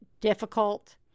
difficult